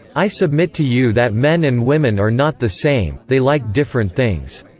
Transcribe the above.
i submit to you that men and women are not the same, they like different things,